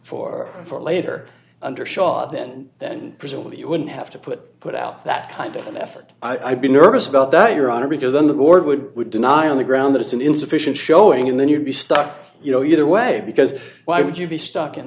for for later under shot then then presumably you wouldn't have to put put out that kind of an effort i'd be nervous about that your honor because then the board would would deny on the ground that it's an insufficient showing and then you'd be stuck you know either way because why would you be stuck in